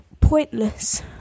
pointless